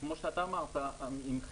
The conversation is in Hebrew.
זה מחוץ למאגר, זה מול